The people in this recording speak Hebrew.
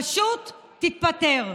פשוט תתפטר.